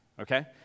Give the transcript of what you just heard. okay